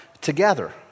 together